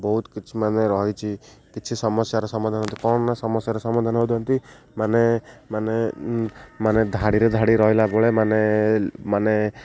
ବହୁତ କିଛି ମାନେ ରହିଛି କିଛି ସମସ୍ୟାର ସମାଧାନ ହେଉଛି କ'ଣ ନା ସମସ୍ୟାର ସମାଧାନ ହଉଛନ୍ତି ମାନେ ମାନେ ମାନେ ଧାଡ଼ିରେ ଧାଡ଼ି ରହିଲା ବେଳେ ମାନେ ମାନେ